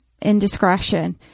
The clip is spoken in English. indiscretion